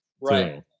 Right